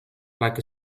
like